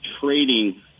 trading